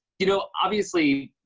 you know, obviously,